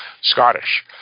Scottish